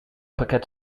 paquet